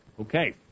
Okay